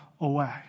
away